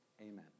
Amen